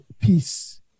peace